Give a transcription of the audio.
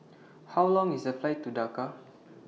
How Long IS The Flight to Dhaka